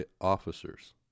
officers